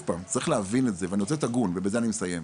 צריך להבין את זה ואני רוצה להיות הגון ובזה אני אסיים,